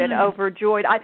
overjoyed